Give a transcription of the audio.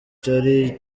icyari